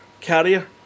carrier